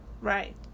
Right